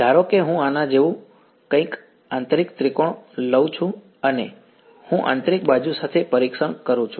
ધારો કે હું આના જેવું કંઈક આંતરિક ત્રિકોણ લઉં છું અને હું આંતરિક બાજુ સાથે પરીક્ષણ કરું છું